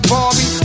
Barbie